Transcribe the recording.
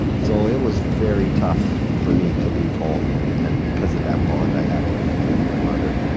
so it was very tough for me to leave home and and because of that bond i had with with my mother.